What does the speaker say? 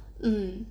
mm